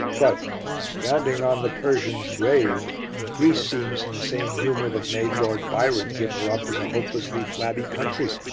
but standing on the persians' grave greece seems in the same humour that made lord byron give her up as a hopelessly flabby country.